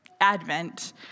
Advent